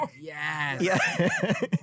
Yes